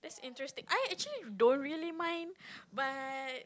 that's interesting I actually don't really mind but